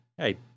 hey